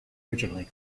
originally